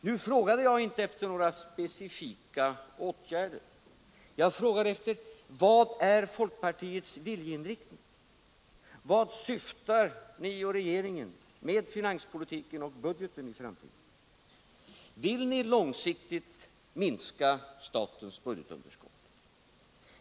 Nu frågade jag inte efter några specifika åtgärder. Jag frågade: Vilken är folkpartiets viljeinriktning? Vartill syftar ni och regeringen med finanspolitiken och budgeten i framtiden? Vill ni långsiktigt minska statens budgetunderskott?